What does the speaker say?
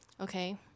okay